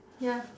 ya